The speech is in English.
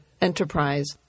enterprise